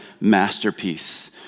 masterpiece